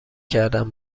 کردم